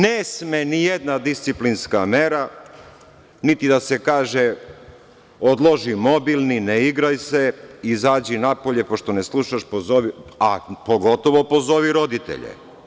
Ne sme nijedna disciplinska mera, niti da se kaže odloži mobilni, ne igraj se, izađi napolje, pošto ne slušaš pozovi roditelje, pogotovo „pozovi roditelje“